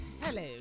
Hello